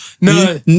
No